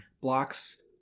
blocks